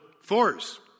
force